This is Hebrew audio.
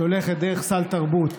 שהולכת דרך סל תרבות,